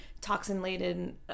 toxin-laden